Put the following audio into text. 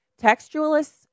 Textualists